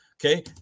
Okay